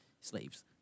slaves